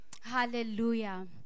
Hallelujah